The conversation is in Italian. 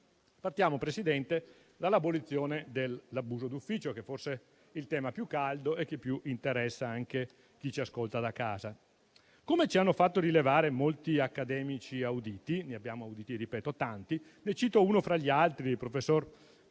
Partiamo, Presidente dall'abolizione dell'abuso d'ufficio, che è forse il tema più caldo e che più interessa anche chi ci ascolta da casa. Come ci hanno fatto rilevare molti accademici auditi - ne abbiamo ascoltati tanti e ne cito uno fra gli altri, il professor